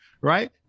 Right